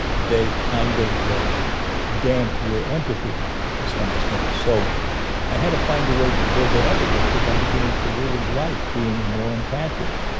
they kind of damp your empathy to some extent. so i had to find a way to build it up again because i'm beginning to really like being more empathic.